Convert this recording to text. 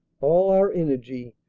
all our energy,